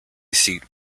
seat